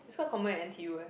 that's quite common in n_t_u eh